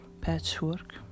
patchwork